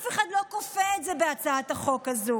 אף אחד לא כופה את זה בהצעת החוק הזו.